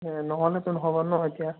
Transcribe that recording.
নহ'লেতো নহ'ব ন' এতিয়া